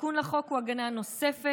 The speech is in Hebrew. התיקון לחוק הוא הגנה נוספת,